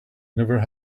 never